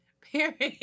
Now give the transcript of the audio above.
Period